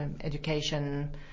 education